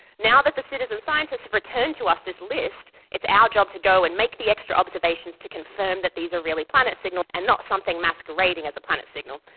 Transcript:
now that the citizen scientists have returned to us this list, it's our job to go and make the extra observations to confirm that these are really planet signals and not something masquerading as a planet signal.